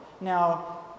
Now